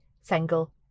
single